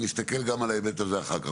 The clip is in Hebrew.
להסתכל גם על ההיבט הזה אחר כך.